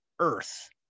earth